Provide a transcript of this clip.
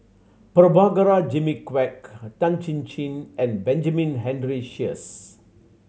Prabhakara Jimmy Quek Tan Chin Chin and Benjamin Henry Sheares